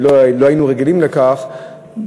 שלא היינו רגילים כך,